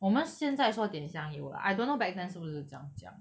我们现在说点香油啦 I don't know back then 是不是这样讲